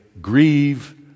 grieve